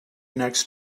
next